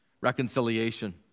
reconciliation